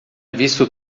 visto